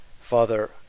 father